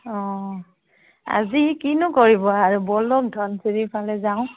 অঁ আজি কিনো কৰিব আৰু বলক ধনশিৰি ফালে যাওঁ